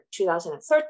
2013